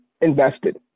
invested